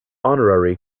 honorary